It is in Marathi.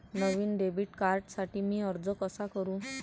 नवीन डेबिट कार्डसाठी मी अर्ज कसा करू?